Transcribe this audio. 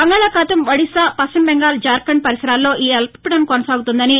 బంగాళాఖాతం ఒడిశా పశ్చిమ బెంగాల్ జార్సండ్ పరిసరాల్లో ఈ అల్పీడనం కొనసాగుతోందని